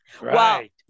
Right